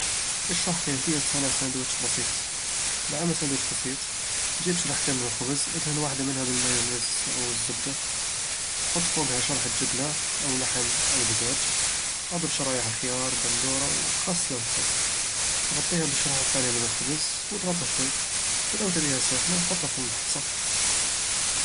اشرح كيفية صنع ساندويتش بسيط لعمل ساندويتش بسيط، جيب شرحتين من الخبز. ادهن وحدة منها بالمايونيز أو الزبدة حط فوقها شرحة جبنة أو لحم أو دجاج أضف شرايح خيار، بندورة، وخس لو تحب. غطّيها بالشريحة الثانية من الخبز، واضغطها شوي. لو تبيها ساخنة، حطها في المحمصة